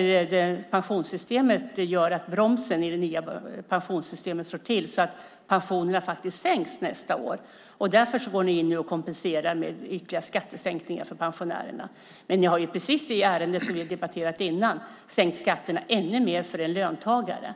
Det nya pensionssystemet gör att bromsen slår till så att pensionerna sänks nästa år. Därför går ni in och kompenserar med ytterligare skattesänkningar för pensionärerna. Men ni har i ärendet som vi har debatterat tidigare sänkt skatterna ännu mer för en löntagare.